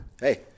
Hey